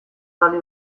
ahalik